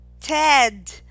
ted